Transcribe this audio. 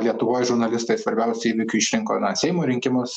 lietuvoj žurnalistai svarbiausiu įvykiu išrinko na seimo rinkimus